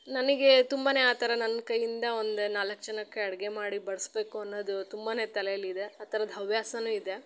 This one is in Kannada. ನನಗೆ ತುಂಬ ಆ ಥರ ನನ್ನ ಕೈಯಿಂದ ಒಂದು ನಾಲ್ಕು ಜನಕ್ಕೆ ಅಡುಗೆ ಮಾಡಿ ಬಡಿಸ್ಬೇಕು ಅನ್ನೋದು ತುಂಬ ತಲೇಲ್ಲಿ ಇದೆ ಆ ಥರದ ಹವ್ಯಾಸನೂ ಇದೆ